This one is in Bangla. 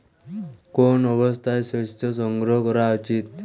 কোন অবস্থায় শস্য সংগ্রহ করা উচিৎ?